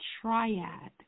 triad